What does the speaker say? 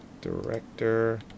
director